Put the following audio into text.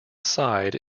side